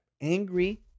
Angry